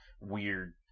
weird